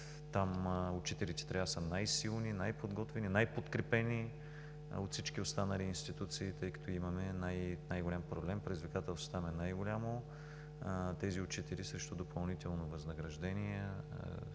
Там учителите трябва да са най-силни, най-подготвени, най-подкрепени от всички останали институции, тъй като там имаме най-голям проблем и предизвикателството е най-голямо. Учителите срещу допълнително възнаграждение